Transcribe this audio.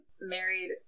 Married